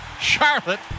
Charlotte